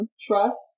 Trust